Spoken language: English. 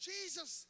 Jesus